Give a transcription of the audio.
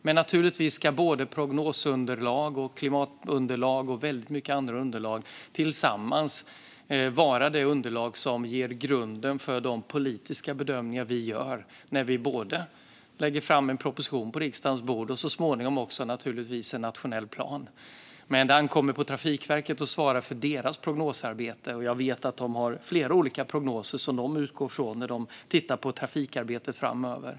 Men naturligtvis ska både prognosunderlag, klimatunderlag och väldigt många underlag tillsammans utgöra grunden för de politiska bedömningar vi gör när vi lägger fram en proposition på riksdagens bord och så småningom också en nationell plan. Det ankommer på Trafikverket att svara för sitt prognosarbete, och jag vet att de har flera olika prognoser som de utgår från när de tittar på trafikarbetet framöver.